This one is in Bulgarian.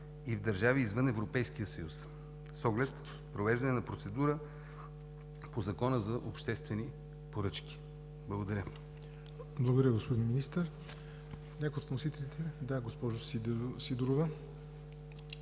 и в държави извън Европейския съюз с оглед провеждане на процедура по Закона за обществените поръчки. Благодаря.